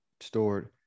stored